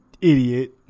idiot